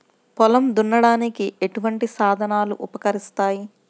పొలం దున్నడానికి ఎటువంటి సాధనాలు ఉపకరిస్తాయి?